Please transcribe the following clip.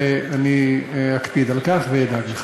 ואני אקפיד על כך ואדאג לכך.